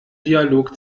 dialog